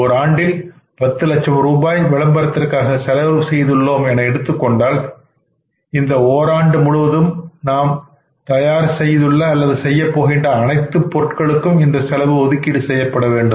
ஓர் ஆண்டில் 10 லட்சம் ரூபாய் விளம்பரத்திற்காக செலவு செய்துள்ளோம் என எடுத்துக்கொண்டால் இந்த ஓராண்டு முழுவதும் நாம் தயார் செய்துள்ள அனைத்து பொருட்களுக்கும் இந்த செலவு ஒதுக்கீடு செய்யப்பட வேண்டும்